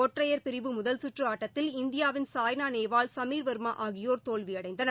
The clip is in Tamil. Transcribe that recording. ஒற்றையர் பிரிவு முதல்கற்று ஆட்டத்தில் இந்தியாவின் சாய்னா நேவால் சமீர்வர்மா ஆகியோர் தோல்வியடைந்தனர்